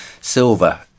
silver